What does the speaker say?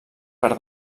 per